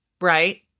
right